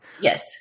Yes